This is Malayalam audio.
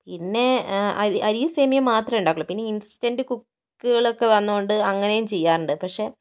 പിന്നെ അരിയും സേമിയയും മാത്രമെ ഉണ്ടാക്കുകയുള്ളു പിന്നെ ഇൻസ്റ്റൻറ് കുകുകൾ ഒക്കെ വന്നത് കൊണ്ട് അങ്ങനെയും ചെയ്യാറുണ്ട് പക്ഷെ